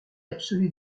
absolue